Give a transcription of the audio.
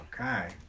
Okay